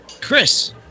Chris